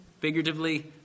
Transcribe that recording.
figuratively